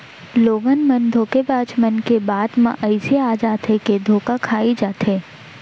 लोगन मन धोखेबाज मन के बात म अइसे आ जाथे के धोखा खाई जाथे